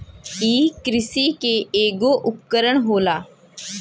इ किरसी के ऐगो उपकरण होला